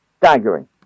staggering